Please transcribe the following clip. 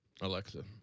Alexa